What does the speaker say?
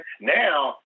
Now